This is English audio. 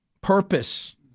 Purpose